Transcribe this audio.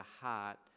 heart